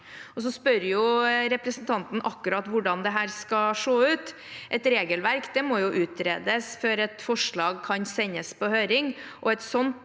Så spør representanten akkurat hvordan dette skal se ut. Et regelverk må jo utredes før et forslag kan sendes på høring,